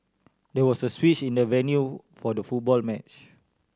there was a switch in the venue for the football match